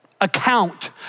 account